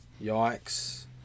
Yikes